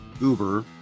uber